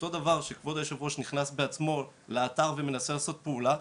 אותו דבר שכבוד יושב הראש שנכנס לאתר ומנסה לעשות פעולה,